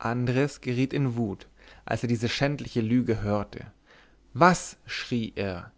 andres geriet in wut als er diese schändliche lüge hörte was schrie er